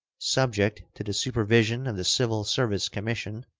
subject to the supervision of the civil service commission,